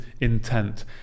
intent